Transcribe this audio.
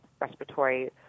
respiratory